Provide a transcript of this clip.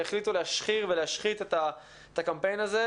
שהחליטו להשחיר ולהשחית את הקמפיין הזה.